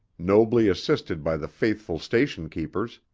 nobly assisted by the faithful station-keepers,